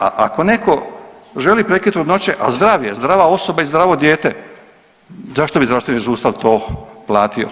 A ako netko želi prekid trudnoće da zdrav je, zdrava osoba i zdravo dijete zašto bi zdravstveni sustav to platio.